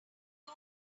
two